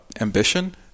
ambition